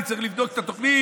אני צריך לבדוק את התוכנית,